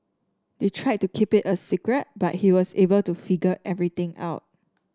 they tried to keep it a secret but he was able to figure everything out